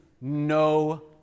no